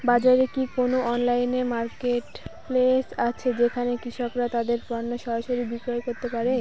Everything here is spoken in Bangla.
বাজারে কি কোন অনলাইন মার্কেটপ্লেস আছে যেখানে কৃষকরা তাদের পণ্য সরাসরি বিক্রি করতে পারে?